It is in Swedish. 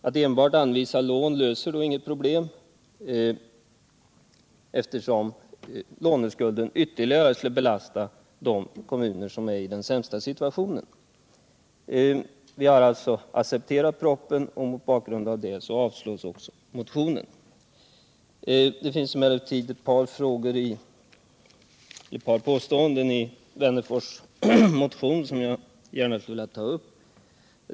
Att enbart anvisa lån löser inga problem, eftersom låneskulden ytterligare skulle belasta de kommuner som är i den sämsta situationen. Vi har alltså accepterat propositionen och därför också avstyrkt motionen. Det finns emellertid ett par påståenden i Alf Wennerfors motion som jag gärna skulle vilja ta upp.